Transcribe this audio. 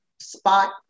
spot